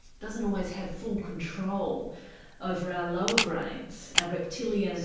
doesn't always have full control over our lower brains, our reptilian and